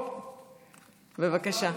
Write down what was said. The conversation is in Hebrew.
אזולאי, בבקשה.